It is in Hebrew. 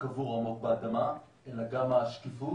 קבור עמוק באדמה, גם השקיפות